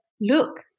look